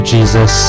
Jesus